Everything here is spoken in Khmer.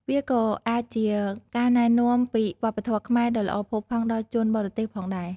វាក៏អាចជាការណែនាំពីវប្បធម៌ខ្មែរដ៏ល្អផូរផង់ដល់ជនបរទេសផងដែរ។